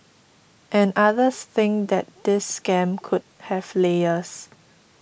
and others think that this scam could have layers